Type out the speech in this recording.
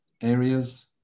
areas